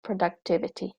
productivity